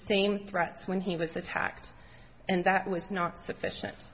same threats when he was attacked and that was not sufficient